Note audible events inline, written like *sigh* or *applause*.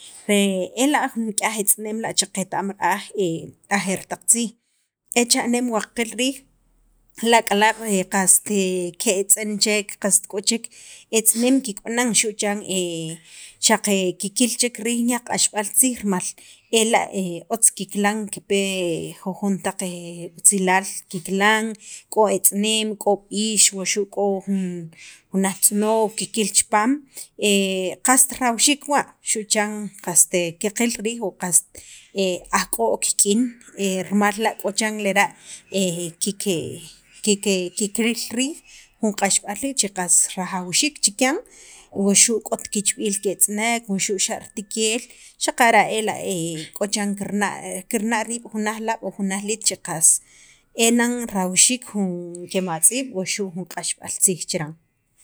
*noise* ela' nik'yaj etz'eneem la' che qet- am ra'aj ajeer taq tziij, e cha'neem wa qil riij lak'alaab'qas ke'etz'en chek qas k'o chek etz'eneem kiqab'anan xu' chan qas qiqil chek riij nik'yaj q'axb'al tziij rimal ela' otz kikilan kipe jujon taq *hesitation* otzilaal kikilan k'o etz'eneem k'o b'iix wuxu' k'o naj tz'onooj kikil chipaam qast rajawxiik wa' xu' chan qast qaqil riij qast aj k'o kik'in *hesitation* mal la' k'o chiran lera' kike kike kikil riij jun q'axb'al che qas rajawxiik chikyan wuxu' k'ot kichb'iil ke'etz'eneek *noise* wuxu' xa' ritikeel, xaqara' ela' k'o chiran kirna' riib' jun laj laab' o jun laj liit che qas e nan rawxiik jun kematz'iib' wuxu' jun q'axb'al tziij chiran.